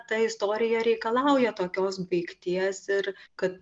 ta istorija reikalauja tokios baigties ir kad